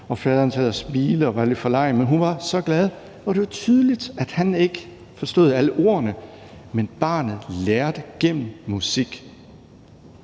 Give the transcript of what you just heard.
og faderen sad og smilede og var lidt forlegen, men hun var så glad, og det var tydeligt, at han ikke forstod alle ordene, men barnet lærte gennem musik,